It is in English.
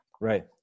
Right